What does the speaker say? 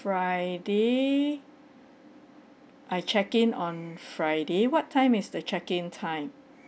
friday I check in on friday what time is the checkin time